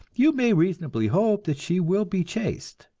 you may reasonably hope that she will be chaste.